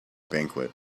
banquet